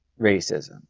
racism